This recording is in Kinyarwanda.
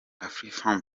afrifame